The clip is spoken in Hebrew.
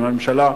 עם הממשלה,